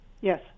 Yes